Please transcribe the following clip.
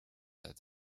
that